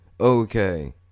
Okay